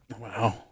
Wow